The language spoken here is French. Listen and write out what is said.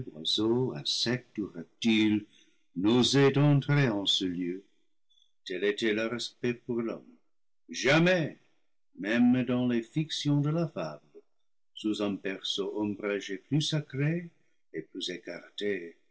reptile n'osait entrer en ce lieu tel était leur respect pour l'homme jamais même dans les fictions de la fable sous un berceau ombragé plus sacré et plus écarté